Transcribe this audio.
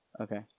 Okay